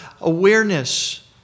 awareness